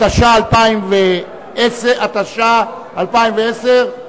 התש"ע 2010,